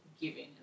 giving